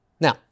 Now